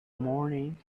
morning